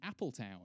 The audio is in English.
Appletown